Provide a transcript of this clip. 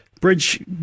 Bridge